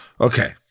Okay